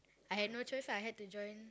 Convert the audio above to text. I had no choice lah I had to join